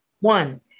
One